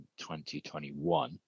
2021